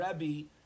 Rebbe